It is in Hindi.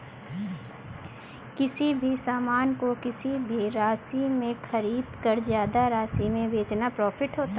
किसी भी सामान को किसी राशि में खरीदकर ज्यादा राशि में बेचना प्रॉफिट होता है